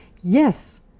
yes